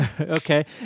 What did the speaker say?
Okay